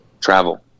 Travel